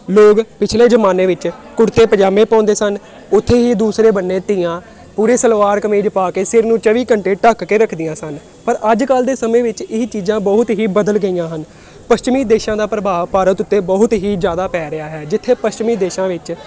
ਲੋਕ ਪਿਛਲੇ ਜ਼ਮਾਨੇ ਵਿੱਚ ਕੁੜਤੇ ਪਜਾਮੇ ਪਾਉਂਦੇ ਸਨ ਉੱਥੇ ਹੀ ਦੂਸਰੇ ਬੰਨੇ ਧੀਆਂ ਪੂਰੀ ਸਲਵਾਰ ਕਮੀਜ਼ ਪਾ ਕੇ ਸਿਰ ਨੂੰ ਚੌਵੀ ਘੰਟੇ ਢੱਕ ਕੇ ਰੱਖਦੀਆਂ ਸਨ ਪਰ ਅੱਜ ਕੱਲ੍ਹ ਦੇ ਸਮੇਂ ਵਿੱਚ ਇਹ ਚੀਜ਼ਾਂ ਬਹੁਤ ਹੀ ਬਦਲ ਗਈਆਂ ਹਨ ਪੱਛਮੀ ਦੇਸ਼ਾਂ ਦਾ ਪ੍ਰਭਾਵ ਭਾਰਤ ਉੱਤੇ ਬਹੁਤ ਹੀ ਜ਼ਿਆਦਾ ਪੈ ਰਿਹਾ ਹੈ ਜਿੱਥੇ ਪੱਛਮੀ ਦੇਸ਼ਾਂ ਵਿੱਚ